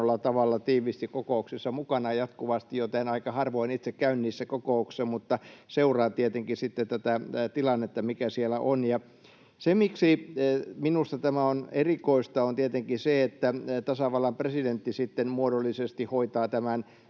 tavalla tiiviisti kokouksissa mukana jatkuvasti, joten aika harvoin itse käyn niissä kokouksissa, mutta seuraan tietenkin sitten tätä tilannetta, mikä siellä on. Tasavallan presidentti muodollisesti hoitaa tämän